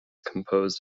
composed